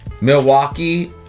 Milwaukee